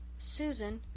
susan,